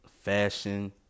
fashion